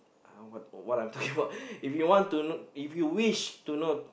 I don't what what I'm talking about if you want to know if you wish to know